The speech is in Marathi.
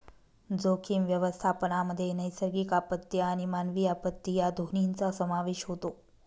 जोखीम व्यवस्थापनामध्ये नैसर्गिक आपत्ती आणि मानवी आपत्ती या दोन्हींचा समावेश होतो